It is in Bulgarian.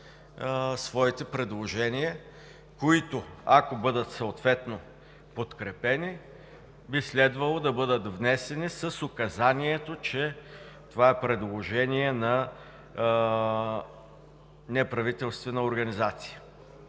своите предложения, които, ако бъдат съответно подкрепени, би следвало да бъдат внесени с указанието, че това е предложение на неправителствена организация.